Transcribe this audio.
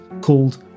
called